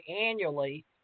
annually